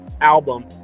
album